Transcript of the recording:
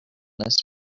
this